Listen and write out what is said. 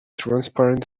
transparent